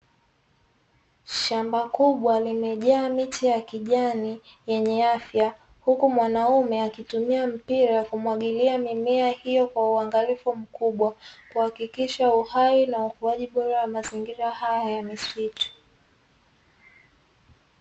Shamba kubwa limejaa miche ya kijani yenye afya, huku mwanaume akitumia mpira kumwagilia mimea hiyo kwa uangalifu mkubwa, kuhakikisha uhai na ukuaji bora wa mazingira hayo ya misitu.